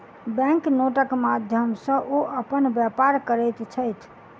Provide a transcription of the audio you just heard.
bank नोटक माध्यम सॅ ओ अपन व्यापार करैत छैथ